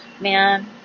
Man